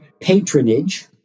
patronage